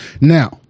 Now